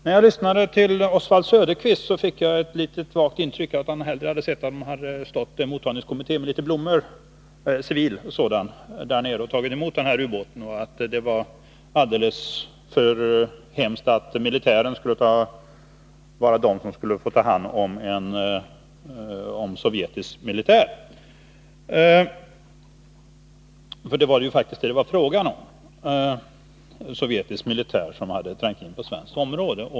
När jag lyssnade till Oswald Söderqvist fick jag det intycket att han hellre hade sett att det hade stått en civil mottagningskommitté med litet blommor och tagit emot ubåten, och att det var hemskt att militären skulle ta hand om sovjetisk militär. För det var faktiskt vad det var fråga om — sovjetisk militär som hade trängt in på svenskt område.